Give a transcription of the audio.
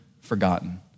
forgotten